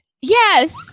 yes